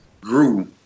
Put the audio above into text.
grew